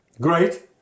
great